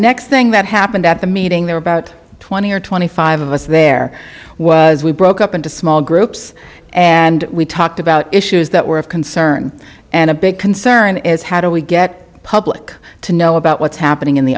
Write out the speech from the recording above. next thing that happened at the meeting there are about twenty or twenty five of us there was we broke up into small groups and we talked about issues that were of concern and a big concern is how do we get public to know about what's happening in the